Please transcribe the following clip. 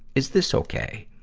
is this okay?